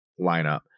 lineup